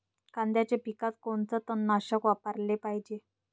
कांद्याच्या पिकात कोनचं तननाशक वापराले पायजे?